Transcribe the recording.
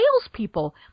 salespeople